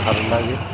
ভাল লাগে